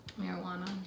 Marijuana